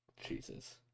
Jesus